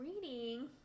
reading